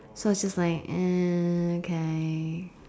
so it was just like uh okay